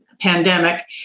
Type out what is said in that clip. pandemic